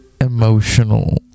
emotional